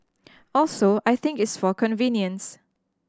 also I think it's for convenience